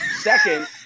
second